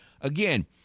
Again